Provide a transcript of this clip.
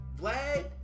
Vlad